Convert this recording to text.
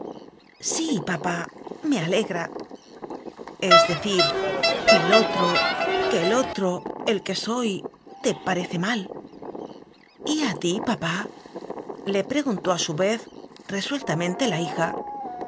sí papá me alegra es decir que el otro que el otro el que soy te parece mal y a ti papá le preguntó a su vez re sueltamente la hija